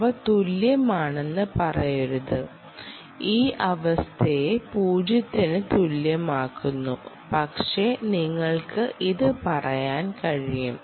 അവ തുല്യമാണെന്ന് പറയരുത് ഈ അവസ്ഥയെ പൂജ്യത്തിന് തുല്യമാക്കുന്നു പക്ഷേ നിങ്ങൾക്ക് ഇത് പറയാൻ കഴിയും